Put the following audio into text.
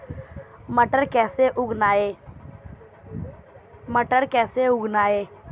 मटर कैसे उगाएं?